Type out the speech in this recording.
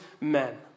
men